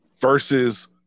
versus